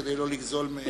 כדי לא לגזול מהם.